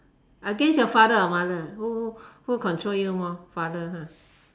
against your father or mother who who control you more father ha